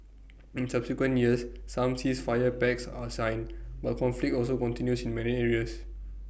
in subsequent years some ceasefire pacts are signed but conflict also continues in many areas